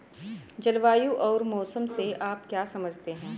जलवायु और मौसम से आप क्या समझते हैं?